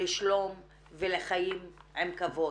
שלום וחיים עם כבוד,